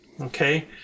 okay